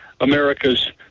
America's